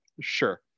sure